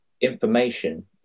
information